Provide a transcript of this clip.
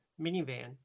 minivan